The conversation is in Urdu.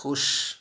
خوش